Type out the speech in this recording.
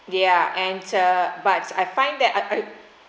ya and uh but I find ugh